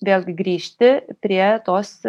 vėlgi grįžti prie tos